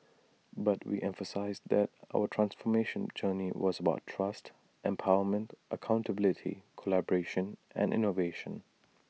but we emphasised that our transformation journey was about trust empowerment accountability collaboration and innovation